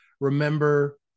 remember